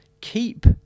keep